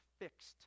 fixed